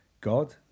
god